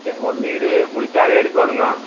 சரி ஒரு வீடு முழுசாகவே எடுக்கோனோங்கோ